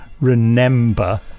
remember